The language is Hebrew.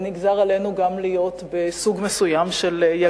נגזר עלינו גם להיות בסוג מסוים של יגון.